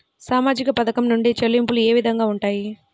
సామాజిక పథకం నుండి చెల్లింపులు ఏ విధంగా ఉంటాయి?